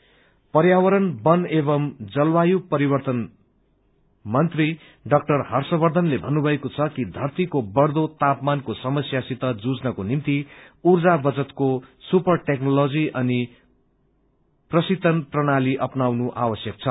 environment र्प्यवरण वन एवम् जलवायु परिवर्तन मंत्री डा हर्षवधेनले भन्नुभएको छ कि धरतीको बढ़दो तापमानको समस्यासित जुझ्नको निम्ति ऊर्जा बचतको सूपर टैक्नोलोजी अनि प्रशीतन प्रणाली अपनाउनु आवश्यक छ